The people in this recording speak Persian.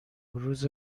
روز